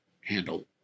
handle